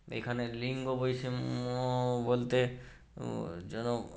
এইখানে লিঙ্গ বৈষম্য বলতে যেন